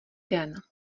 den